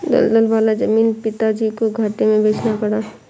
दलदल वाला जमीन पिताजी को घाटे में बेचना पड़ा